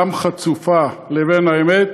גם חצופה, לבין האמת